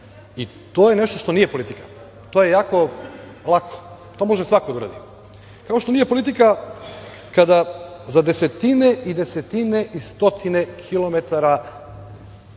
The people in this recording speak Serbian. se. To je nešto što nije politika. To je jako lako. To može svako da uradi. Kao što nije politika kada za desetine i desetine i stotine kilometara